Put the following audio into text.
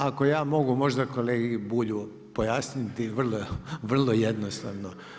Ako ja mogu možda kolegi Bulju pojasniti, vrlo jednostavno.